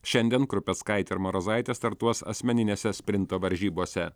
šiandien krupeckaitė ir marozaitė startuos asmeninėse sprinto varžybose